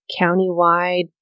countywide